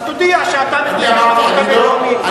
אז תודיע שאתה מתנגד לחוק הבין-לאומי,